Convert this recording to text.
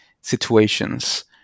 situations